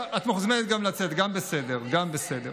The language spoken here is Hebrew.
לא מספיק